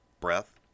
breath